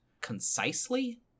concisely